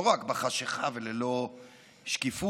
לא רק בחשכה וללא שקיפות,